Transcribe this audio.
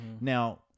now